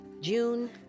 June